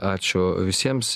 ačiū visiems